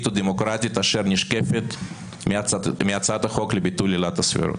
ודמוקרטית אשר נשקפת מהצעת החוק לביטול עילת הסבירות.